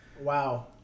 Wow